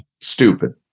stupid